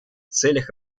целях